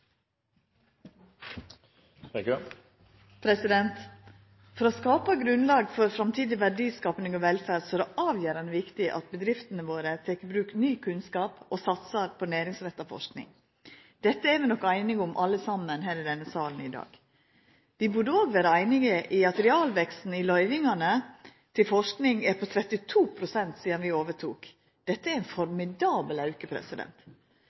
sal. For å skapa grunnlag for framtidig verdiskaping og velferd er det avgjerande viktig at bedriftene våre tek i bruk ny kunnskap og satsar på næringsretta forsking. Dette er vi nok einige om alle saman her i denne salen i dag. Vi burde òg vera einige i at realveksten i løyvingane til forsking er på 32 pst. sidan vi overtok. Dette er ein formidabel auke.